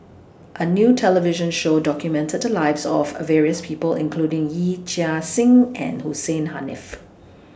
A New television Show documented The Lives of various People including Yee Chia Hsing and Hussein Haniff